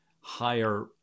higher